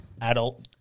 adult